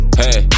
hey